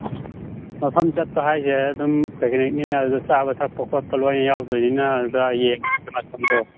ꯃꯐꯝ ꯆꯠꯄ ꯍꯥꯏꯁꯦ ꯑꯗꯨꯝ ꯄꯤꯛꯅꯤꯛꯅꯤꯅ ꯆꯥꯕ ꯊꯛꯄ ꯈꯣꯠꯄ ꯂꯣꯏ ꯌꯥꯎꯗꯣꯏꯅꯤꯅ ꯑꯗꯨꯗ